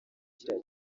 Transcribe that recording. kiriya